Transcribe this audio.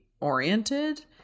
oriented